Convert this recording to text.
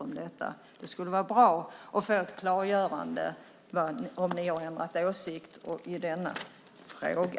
Det skulle vara bra att få ett klargörande av om ni har ändrat åsikt i denna fråga.